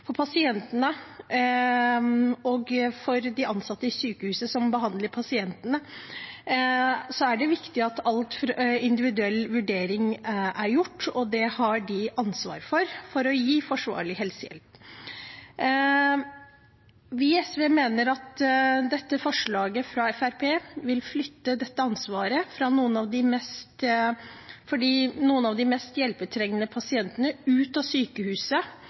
For pasientene og de ansatte i sykehusene som behandler dem, er det viktig at all individuell vurdering er gjort, og det har de ansvar for, for å gi forsvarlig helsehjelp. Vi i SV mener at dette forslaget fra Fremskrittspartiet vil flytte dette ansvaret for noen av de mest hjelpetrengende pasientene, ut av